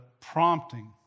prompting